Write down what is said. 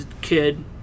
kid